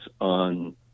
on